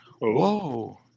Whoa